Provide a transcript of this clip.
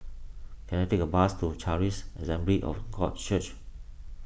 can I take a bus to Charis Assembly of God Church